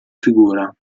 figura